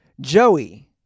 Joey